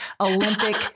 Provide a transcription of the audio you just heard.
Olympic